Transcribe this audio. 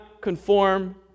conform